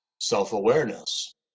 Self-Awareness